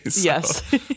Yes